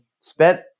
spent